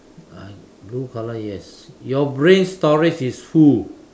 I blue colour yes your brain storage is who